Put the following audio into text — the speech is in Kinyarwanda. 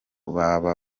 baba